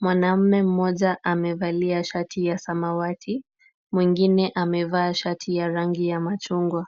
Mwanaume mmoja amevalia shati ya samawati, mwingine amevaa shati ya rangi ya machungwa.